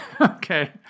Okay